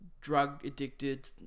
drug-addicted